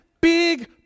big